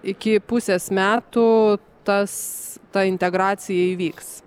iki pusės metų tas ta integracija įvyks